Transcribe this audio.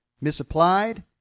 misapplied